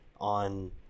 on